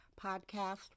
podcast